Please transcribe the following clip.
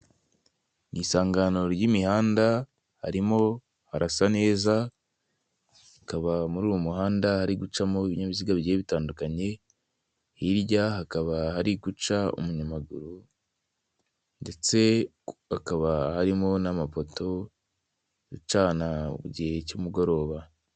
Mu isangano ry'imihanda harimo harasa neza, hakaba muri uwo muhanda hari gucamo ibinyabiziga bigiye bitandukanye hirya hakaba hari guca umunyamaguru ndetse hakaba harimo n'amapoto acana mu igihe cy'umugoroba.